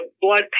blood